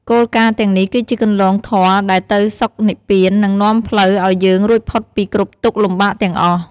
គោលការណ៍ទាំងនេះគឺជាគន្លងធម៌ដែលទៅសុខនិព្វាននិងនាំផ្លូវឱ្យយើងរួចផុតពីគ្រប់ទុក្ខលំបាកទាំងអស់។